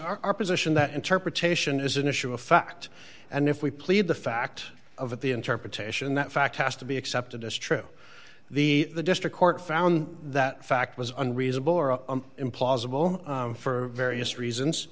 our position that interpretation is an issue of fact and if we plead the fact of it the interpretation that fact has to be accepted as true the district court found that fact was unreasonable or implausible for various reasons